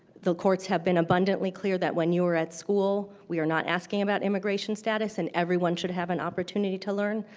the courts have been abundantly clear that when you're at school, we are not asking about immigration status. and everyone should have an opportunity to learn.